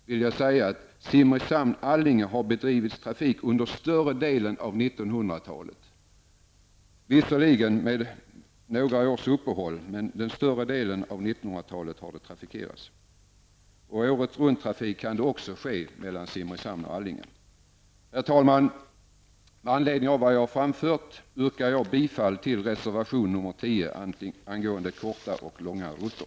Men linjen Simrishamn--Allinge har trafikerats under större delen av 1900-talet, visserligen med några års uppehåll, men större delen av 1900-talet har som sagt linjen trafikerats. Året-runt-trafik kan också ske mellan Simrishamn och Allinge. Herr talman! Med anledning av vad jag framfört yrkar jag bifall till reservation 10 angående korta och långa rutter.